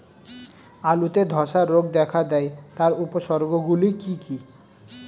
আলুতে ধ্বসা রোগ দেখা দেয় তার উপসর্গগুলি কি কি?